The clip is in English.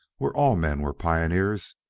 where all men were pioneers,